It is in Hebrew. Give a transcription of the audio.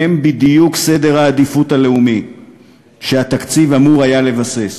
הם בדיוק סדר העדיפות הלאומי שהתקציב אמור היה לבסס.